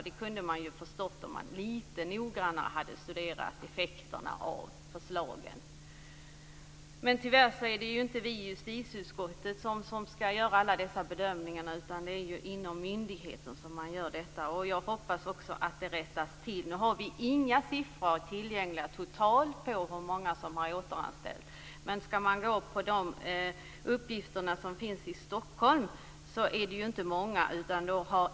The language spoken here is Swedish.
Det hade man kunnat förstå om man hade studerat effekterna av förslagen lite noggrannare. Tyvärr är det inte vi i justitieutskottet som skall göra alla dessa bedömningar. Det är inom myndigheten som man gör detta. Jag hoppas också att det rättas till. Det finns inga siffror tillgängliga på hur många som har återanställts totalt, men om man går efter de uppgifter som finns i Stockholm kan man se att det inte är många.